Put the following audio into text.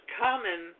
common